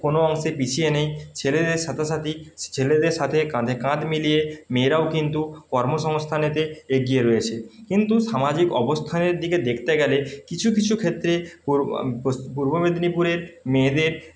কোনও অংশে পিছিয়ে নেই ছেলেদের সাথে সাথে ছেলেদের সাথে কাঁধে কাঁধ মিলিয়ে মেয়েরাও কিন্তু কর্মসংস্থানেতে এগিয়ে রয়েছে কিন্তু সামাজিক অবস্থানের দিকে দেখতে গেলে কিছু কিছু ক্ষেত্রে পূর্ব মেদিনীপুরের মেয়েদের